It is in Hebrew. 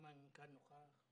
המנכ"ל נוכח,